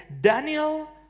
Daniel